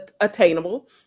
attainable